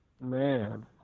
man